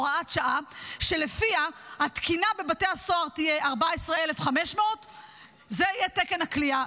הוראת שעה שלפיה התקינה בבתי הסוהר תהיה 14,500. זה יהיה תקן הכליאה.